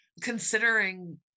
considering